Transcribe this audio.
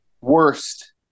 worst